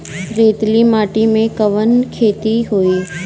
रेतीली माटी में कवन खेती होई?